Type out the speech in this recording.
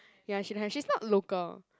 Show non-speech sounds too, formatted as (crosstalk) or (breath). (breath) ya she don't have she's not local